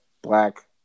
Black